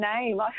name